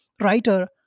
writer